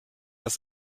ist